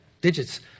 digits